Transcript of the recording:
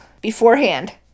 beforehand